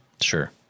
Sure